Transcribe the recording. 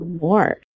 more